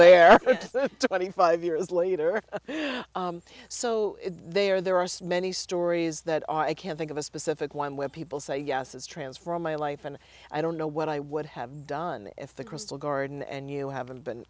there twenty five years later so they are there are many stories that i can't think of a specific one where people say yes has transformed my life and i don't know what i would have done if the crystal garden and you haven't been